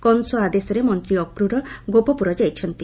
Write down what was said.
କଂସ ଆଦେଶରେ ମନ୍ତୀ ଅକୂର ଗୋପପୁର ଯାଇଛନ୍ତି